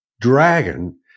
dragon